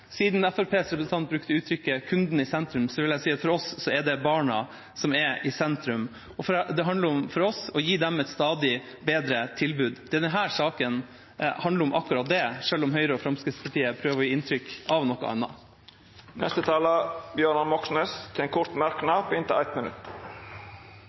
Siden Fremskrittspartiets representant brukte uttrykket «kunden i sentrum», vil jeg si at for oss er barna i sentrum. Det handler for oss om å gi dem et stadig bedre tilbud. Denne saken handler om akkurat det, selv om Høyre og Fremskrittspartiet prøver å gi inntrykk av noe annet. Representanten Bjørnar Moxnes har hatt ordet to gonger tidlegare og får ordet til ein kort